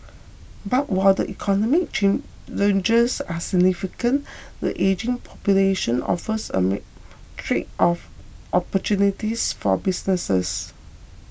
but while the economic challenges are significant the ageing population offers a myriad of opportunities for businesses